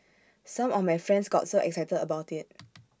some of my friends got so excited about IT